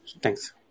thanks